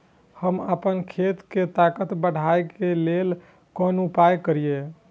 हम आपन खेत के ताकत बढ़ाय के लेल कोन उपाय करिए?